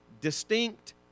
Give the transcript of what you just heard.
distinct